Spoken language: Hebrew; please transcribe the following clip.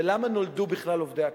ולמה נולדו בכלל עובדי הקבלן,